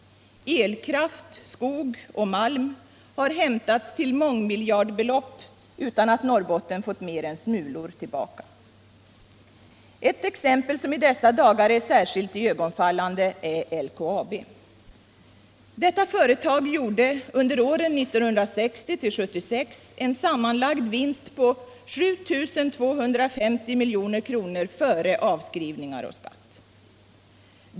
Elkraft, skog och malm har hämtats till mångmiljardbelopp utan att Norrbotten fått mer än smulor tillbaka. Ett exempel som i dessa dagar är särskilt iögonfallande är LKAB. Detta företag gjorde under åren 1960-1976 en sammanlagd vinst på 7 250 milj.kr. före avskrivningar och skatt.